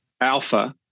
alpha